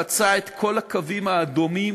חצה את כל הקווים האדומים,